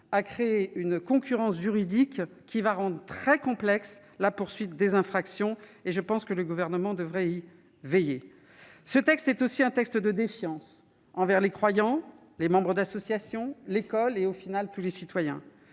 créera une concurrence juridique qui rendra très complexe la poursuite des infractions. Je pense que le Gouvernement devrait y veiller. Ce texte est aussi un texte de défiance, envers les croyants, les membres d'associations, l'école et, au final, tous les citoyens.